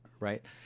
right